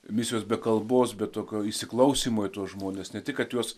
misijos be kalbos bet tokio įsiklausymo į tuos žmones ne tik kad juos